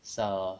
so